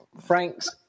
Frank's